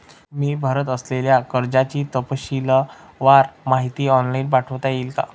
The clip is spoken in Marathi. मी भरत असलेल्या कर्जाची तपशीलवार माहिती ऑनलाइन पाठवता येईल का?